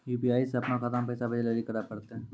UPI से अपनो खाता मे पैसा भेजै लेली कि करै पड़तै?